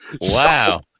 Wow